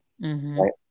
right